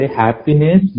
happiness